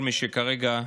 כל מי שמבצע כרגע,